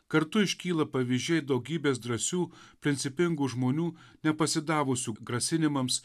kartu iškyla pavyzdžiai daugybės drąsių principingų žmonių nepasidavusių grasinimams